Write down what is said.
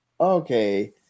okay